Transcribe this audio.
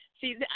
see